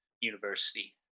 university